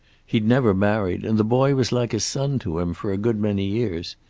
he'd never married, and the boy was like a son to him for a good many years.